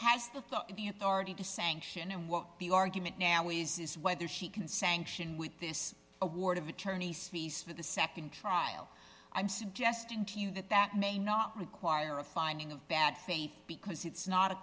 has the authority to sanction and what the argument now is is whether he can sanction with this award of attorney's fees for the nd trial i'm suggesting to you that that may not require a finding of bad faith because it's not a